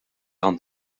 hand